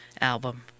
album